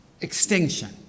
extinction